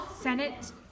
Senate